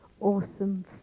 awesome